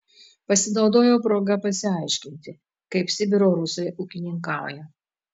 pasinaudojau proga pasiaiškinti kaip sibiro rusai ūkininkauja